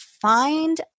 find